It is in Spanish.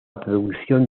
producción